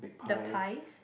the pies